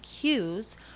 cues